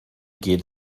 geht